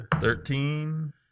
Thirteen